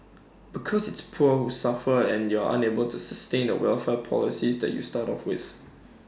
because it's the poor who suffer and you're unable to sustain the welfare policies that you start off with